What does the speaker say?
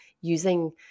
using